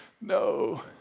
no